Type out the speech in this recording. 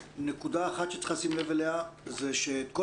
נקודה אחת שצריך לשים לב אליה היא שאת כל